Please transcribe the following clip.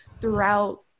throughout